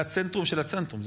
זה הצנטרום של הצנטרום,